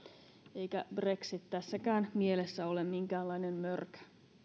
eikä brexit tässäkään mielessä ole minkäänlainen mörkö